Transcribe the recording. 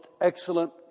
excellent